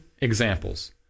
examples